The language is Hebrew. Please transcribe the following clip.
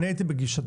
אני הייתי בגישתך,